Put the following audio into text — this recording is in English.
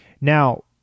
Now